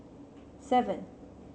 seven